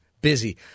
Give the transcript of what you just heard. Busy